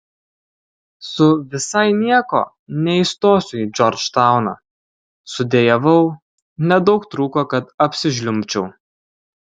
su visai nieko neįstosiu į džordžtauną sudejavau nedaug trūko kad apsižliumbčiau